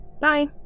Bye